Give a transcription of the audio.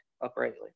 uprightly